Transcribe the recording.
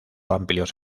amplios